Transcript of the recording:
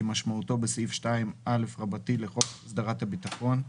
כמשמעותו בסעיף 2א לחוק להסדרת הביטחון,